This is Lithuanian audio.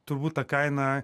turbūt ta kaina